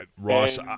Ross